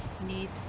need